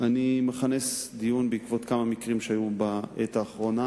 אני מכנס דיון בעקבות כמה מקרים שהיו בעת האחרונה.